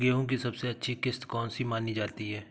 गेहूँ की सबसे अच्छी किश्त कौन सी मानी जाती है?